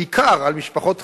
בעיקר על משפחות חרדיות,